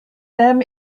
them